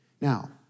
Now